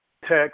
text